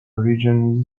region